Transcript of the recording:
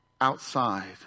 outside